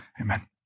Amen